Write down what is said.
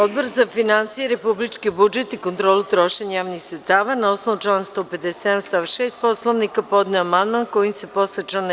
Odbor za finansije, republički budžet i kontrolu trošenja javnih sredstava, na osnovu člana 157. stav 6. Poslovnika, podneo je amandman kojim se posle člana 11.